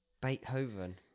Beethoven